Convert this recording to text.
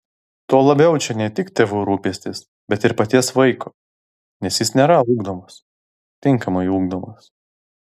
tuo labiau čia ne tik tėvų rūpestis bet ir paties vaiko nes jis nėra ugdomas tinkamai ugdomas